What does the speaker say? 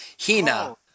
Hina